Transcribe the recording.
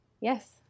yes